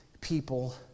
people